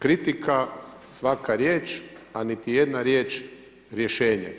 Kritika, svaka riječ, a niti jedna riječ rješenje.